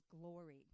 glory